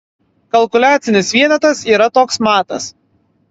kalkuliacinis vienetas yra toks matas